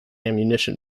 ammunition